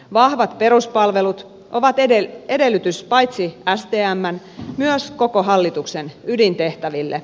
vahvat peruspalvelut ovat edellytys paitsi stmn myös koko hallituksen ydintehtäville